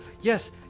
Yes